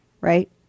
Right